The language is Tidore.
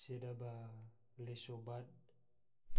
sedaba leso bada.